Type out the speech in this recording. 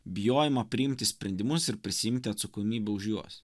bijojimo priimti sprendimus ir prisiimti atsakomybę už juos